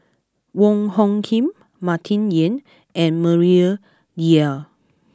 Wong Hung Khim Martin Yan and Maria Dyer